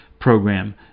program